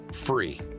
free